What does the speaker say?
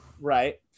right